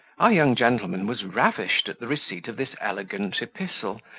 our young gentleman was ravished at the receipt of this elegant epistle,